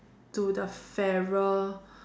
to the fairer